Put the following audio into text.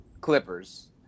Clippers